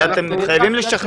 אתם חייבים לשכנע אותם.